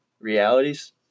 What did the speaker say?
realities